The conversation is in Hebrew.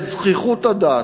בזחיחות הדעת.